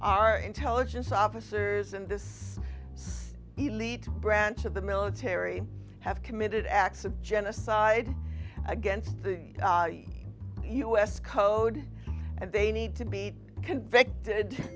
our intelligence officers and this elite branch of the military have committed acts of genocide against the us code and they need to be convicted